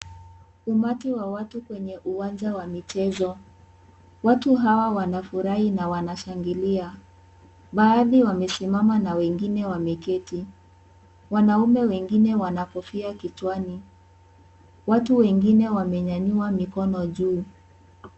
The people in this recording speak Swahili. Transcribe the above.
Umati wa watu kwenye uwanja wa michezo. Watu hawa wanafurahi na wanashangilia. Baadhi wamesimama na wengine wameketi. Wanaume wengine wana kofia kichwani. Watu wengine wamenyanyua mikono juu.